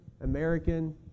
American